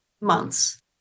months